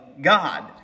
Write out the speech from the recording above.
God